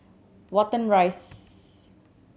Watten Rise